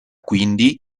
quindi